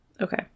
Okay